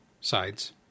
sides